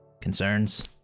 concerns